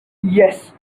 yes